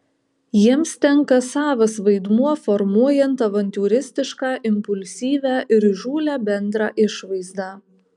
jiems tenka savas vaidmuo formuojant avantiūristišką impulsyvią ir įžūlią bendrą išvaizdą